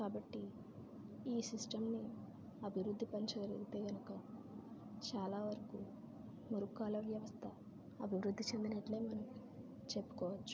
కాబట్టి ఈ సిస్టమ్ని అభివృద్ధి పెంచగలిగితే కనుక చాలా వరకు మురుగు కాలువ వ్యవస్థ అభివృద్ధి చెందినట్లే మనం చెప్పుకోవచ్చు